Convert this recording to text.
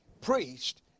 preached